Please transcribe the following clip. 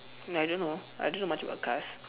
no I don't know I don't know much about cars